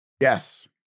Yes